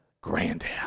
granddad